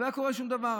אם לא היה קורה שום דבר.